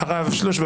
הרב שלוש.